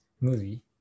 movie